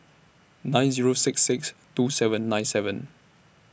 nine Zero six six two seven nine seven